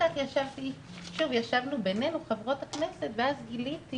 ואחר כך שוב ישבנו בינינו חברות הכנסת ואז גיליתי